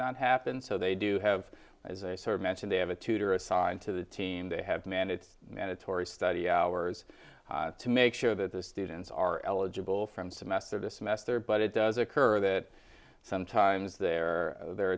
not happen so they do have as a sort of mentor they have a tutor assigned to the team they have man it's mandatory study hours to make sure that the students are eligible from semester to semester but it does occur that sometimes their their